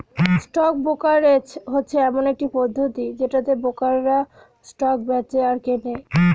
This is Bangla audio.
স্টক ব্রোকারেজ হচ্ছে এমন একটি পদ্ধতি যেটাতে ব্রোকাররা স্টক বেঁচে আর কেনে